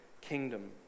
kingdom